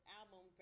album